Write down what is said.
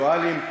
אינטלקטואלים,